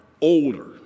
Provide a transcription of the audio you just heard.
older